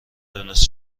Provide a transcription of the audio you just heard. دونست